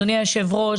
אדוני היושב-ראש,